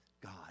God